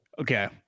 Okay